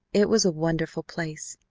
it was a wonderful place.